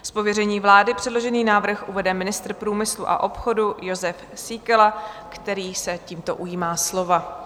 Z pověření vlády předložený návrh uvede ministr průmyslu a obchodu Jozef Síkela, který se tímto ujímá slova.